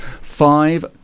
Five